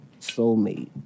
soulmate